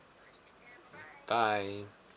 bye